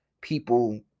people